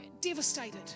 devastated